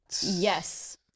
Yes